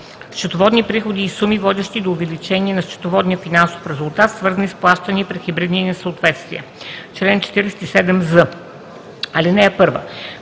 Счетоводни приходи и суми, водещи до увеличение на счетоводния финансов резултат, свързани с плащания при хибридни несъответствия Чл. 47з. (1)